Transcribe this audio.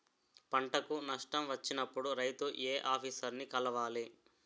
పంటకు నష్టం వచ్చినప్పుడు రైతు ఏ ఆఫీసర్ ని కలవాలి?